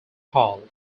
hall